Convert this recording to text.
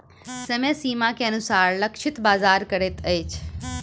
समय सीमा के अनुसार लक्षित बाजार करैत अछि